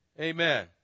Amen